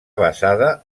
basada